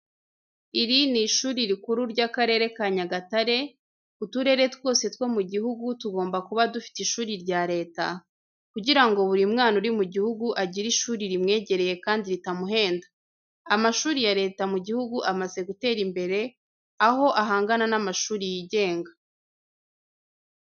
Iri ni ishuri rikuru ry'akarere ka Nyagatare, uturere twose two mu gihugu tugomba kuba dufite ishuri rya Leta, kugira ngo buri mwana uri mu gihugu agire ishuri rimwegereye kandi ritamuhenda. Amashuri ya Leta mu gihugu amaze gutera imbere, aho ahangana na mashuri y'igenga.